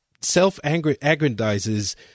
self-aggrandizes